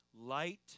Light